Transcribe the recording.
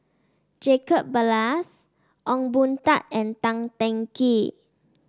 Jacob Ballas Ong Boon Tat and Tan Teng Kee